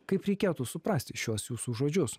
kaip reikėtų suprasti šiuos jūsų žodžius